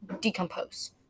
decompose